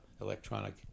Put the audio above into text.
electronic